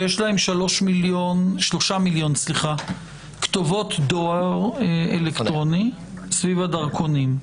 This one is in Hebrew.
שיש להם 3 מיליון כתובות דואר אלקטרוני סביב הדרכונים.